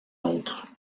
autre